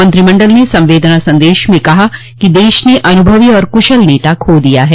मंत्रिमंडल ने संवेदना संदेश में कहा कि देश ने अनुभवी और कुशल नेता खो दिया है